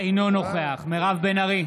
אינו נוכח מירב בן ארי,